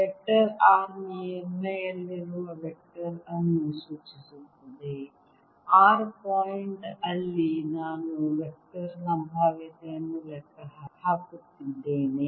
vector r ಮೇಲ್ಮೈಯಲ್ಲಿರುವ vector ಅನ್ನು ಸೂಚಿಸುತ್ತದೆ ಆರ್ ಪಾಯಿಂಟ್ ಅಲ್ಲಿ ನಾನು ವೆಕ್ಟರ್ ಸಂಭಾವ್ಯತೆಯನ್ನು ಲೆಕ್ಕ ಹಾಕುತ್ತಿದ್ದೇನೆ